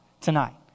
tonight